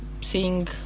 seeing